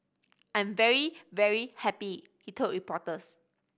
I'm very very happy he told reporters